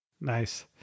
Nice